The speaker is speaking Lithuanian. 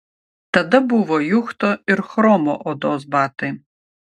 tada buvo juchto ir chromo odos batai